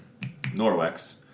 Norwex